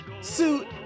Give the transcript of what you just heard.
suit